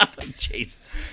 Jesus